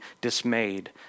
dismayed